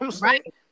right